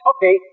Okay